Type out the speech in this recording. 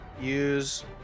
use